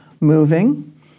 moving